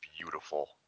beautiful